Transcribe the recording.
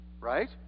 right